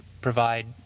provide